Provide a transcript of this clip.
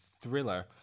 thriller